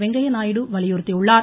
வெங்கைய நாயுடு வலியுறுத்தியுள்ளார்